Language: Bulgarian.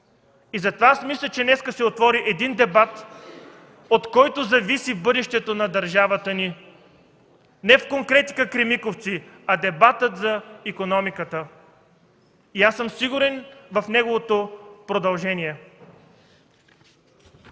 Затова мисля, че днес се отвори един дебат, от който зависи бъдещето на държавата ни – не в конкретика „Кремиковци”, а дебатът за икономиката. Сигурен съм в неговото продължение.